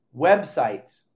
websites